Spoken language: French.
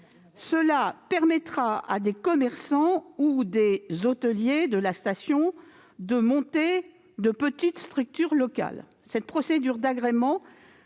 Cela permettra à des commerçants ou des hôteliers de la station de monter de petites structures locales. La procédure d'agrément